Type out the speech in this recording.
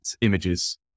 images